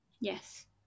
yes